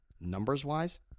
numbers-wise